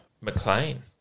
McLean